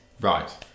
Right